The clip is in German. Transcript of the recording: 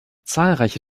zahlreiche